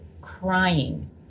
crying